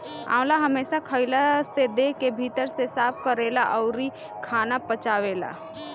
आंवला हमेशा खइला से देह के भीतर से साफ़ करेला अउरी खाना पचावेला